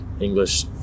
English